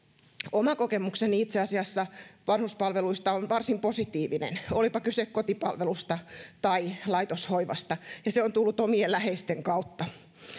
oma kokemukseni itse asiassa vanhuspalveluista on varsin positiivinen olipa kyse kotipalvelusta tai laitoshoivasta ja se on tullut omien läheisteni kautta